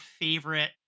favorite